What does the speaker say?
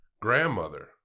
grandmother